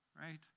Right